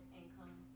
income